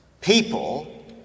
people